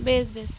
বেশ বেশ